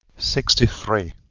sixty three.